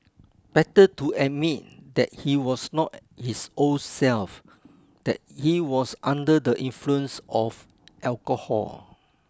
better to admit that he was not his old self that he was under the influence of alcohol